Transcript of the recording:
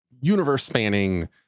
universe-spanning